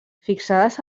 fixades